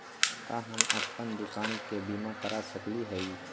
का हम अप्पन दुकान के बीमा करा सकली हई?